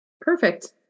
Perfect